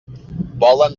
volen